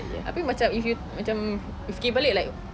abeh macam if you macam fikir balik like